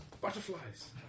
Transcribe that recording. butterflies